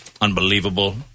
unbelievable